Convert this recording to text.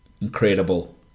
incredible